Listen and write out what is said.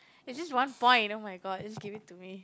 is just one point !oh-my-god! just give it to me